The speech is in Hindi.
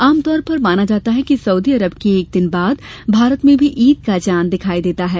आमतौर पर माना जाता है कि सउदी अरब के एक दिन बाद भारत में भी ईद का चांद दिखाई देता है